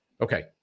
Okay